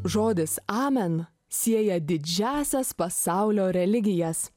žodis amen sieja didžiąsias pasaulio religijas